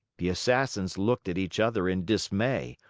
the assassins looked at each other in dismay,